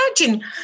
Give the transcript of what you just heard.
imagine